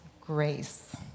Grace